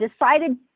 decided